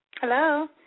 Hello